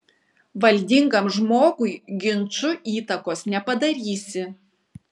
valdingam žmogui ginču įtakos nepadarysi